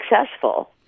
successful